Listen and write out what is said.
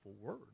word